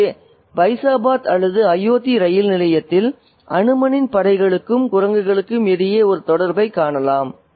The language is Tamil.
எனவே பைசாபாத் அல்லது அயோத்தி ரயில் நிலையத்தில் அனுமனின் படைகளுக்கும் குரங்குகளுக்கும் இடையே ஒரு தொடர்பைக் காணலாம்